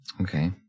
Okay